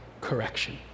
correction